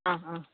অঁ অঁ